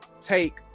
take